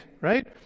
right